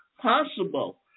possible